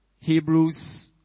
Hebrews